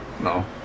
No